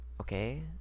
Okay